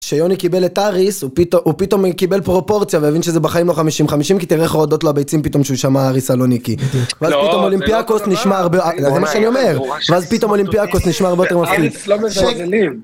שיוני קיבל את אריס הוא פתאום קיבל פרופורציה והבין שזה בחיים לא חמישים חמישים כי תראה איך רועדות לו הביצים פתאום שהוא שמע אריס סלוניקי ואז פתאום אולימפיאקוס נשמע הרבה... זה מה שאני אומר ואז פתאום אולימפיאקוס נשמע הרבה יותר מפחיד.